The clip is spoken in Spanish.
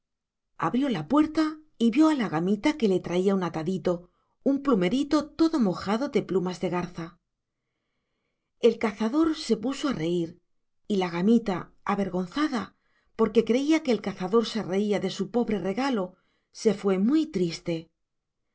abrió la puerta y vio a la gamita que le traía un atadito un plumerito todo mojado de plumas de garza el cazador se puso a reír y la gamita avergonzada porque creía que el cazador se reía de su pobre regalo se fue muy triste